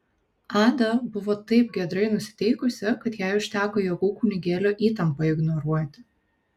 ada buvo taip giedrai nusiteikusi kad jai užteko jėgų kunigėlio įtampą ignoruoti